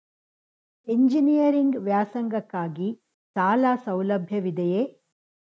Engineering ವ್ಯಾಸಂಗಕ್ಕಾಗಿ ಸಾಲ ಸೌಲಭ್ಯವಿದೆಯೇ?